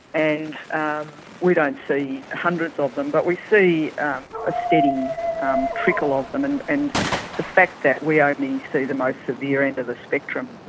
and um we don't see hundreds of them, but we see a steady um trickle of them. and and the fact that we ah only see the most severe end of the spectrum,